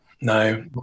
no